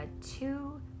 two